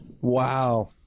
Wow